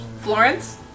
Florence